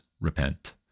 repent